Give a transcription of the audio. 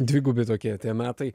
dvigubi tokie tie metai